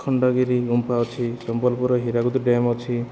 ଖଣ୍ଡଗିରି ଗୁମ୍ପା ଅଛି ସମ୍ବଲପୁରର ହୀରାକୁଦ ଡ୍ୟାମ୍ ଅଛି